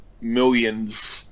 millions